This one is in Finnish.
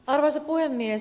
arvoisa puhemies